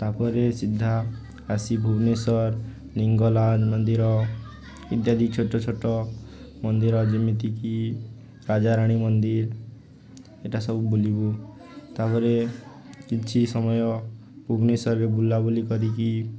ତାପରେ ସିଧା ଆସି ଭୁବନେଶ୍ୱର ଲିଙ୍ଗଲାଜ ମନ୍ଦିର ଇତ୍ୟାଦି ଛୋଟ ଛୋଟ ମନ୍ଦିର ଯେମିତିକି ରାଜାରାଣୀ ମନ୍ଦିର ଏଟା ସବୁ ବୁଲିବୁ ତାପରେ କିଛି ସମୟ ଭୁବନେଶ୍ୱରରେ ବୁଲାବୁଲି କରିକି